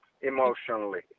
Emotionally